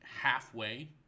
halfway